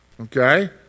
Okay